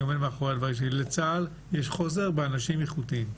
אני עומד מאחורי הדברים שלי: לצה"ל יש חוסר באנשים איכותיים.